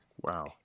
wow